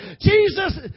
Jesus